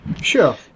Sure